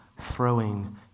throwing